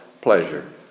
pleasure